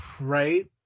Right